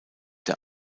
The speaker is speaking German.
der